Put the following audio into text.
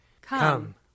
Come